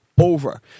over